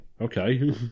Okay